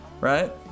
right